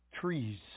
Trees